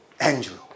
Andrew